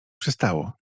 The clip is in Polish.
przystało